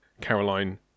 Caroline